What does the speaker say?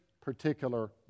particular